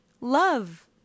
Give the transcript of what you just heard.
love